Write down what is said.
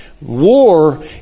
war